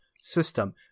system